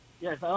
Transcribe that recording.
Yes